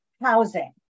housing